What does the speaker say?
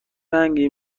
رنگی